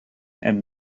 and